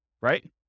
right